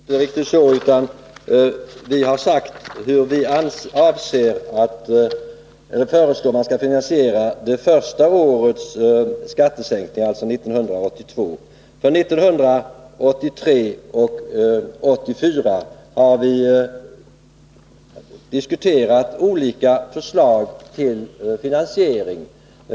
Herr talman! Det står inte riktigt så i reservationen. Vi har där sagt hur vi föreslår att man skall finansiera skattesänkningen det första året, dvs. 1982. För 1983 och 1984 har vi diskuterat olika förslag till finansiering.